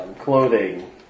clothing